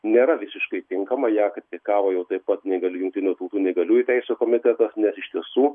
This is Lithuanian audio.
nėra visiškai tinkama ją kritikavo jau taip pat neįgaliųjų jungtinių tautų neįgaliųjų teisių komitetas nes iš tiesų